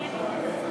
אדוני היושב-ראש,